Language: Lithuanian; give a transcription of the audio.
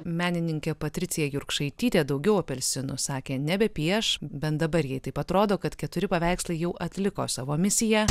menininkė patricija jurkšaitytė daugiau apelsinų sakė nebepieš bent dabar jai taip atrodo kad keturi paveikslai jau atliko savo misiją